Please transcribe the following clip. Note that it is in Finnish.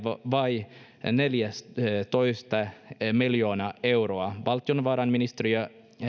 vai neljäätoista miljoonaa euroa valtiovarainministeriö